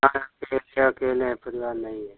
से अकेले हैं परिवार नहीं है